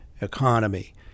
economy